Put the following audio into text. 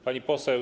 Pani Poseł!